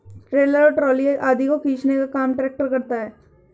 trailer और trolley आदि को खींचने का काम ट्रेक्टर करता है